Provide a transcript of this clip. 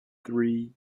three